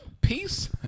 peace